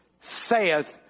saith